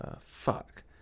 Fuck